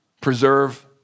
Preserve